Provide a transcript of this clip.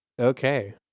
okay